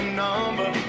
number